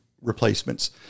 replacements